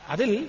Adil